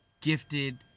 gifted